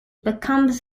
becomes